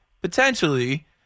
potentially –